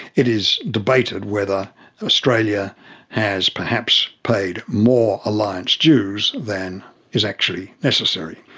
it is debated whether australia has perhaps paid more alliance dues than is actually necessary.